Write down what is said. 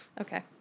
Okay